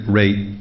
rate